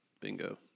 Bingo